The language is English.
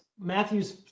Matthew's